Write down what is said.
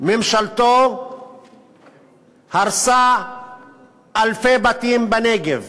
ממשלתו הרסה אלפי בתים בנגב,